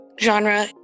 genre